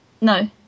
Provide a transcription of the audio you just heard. No